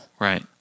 Right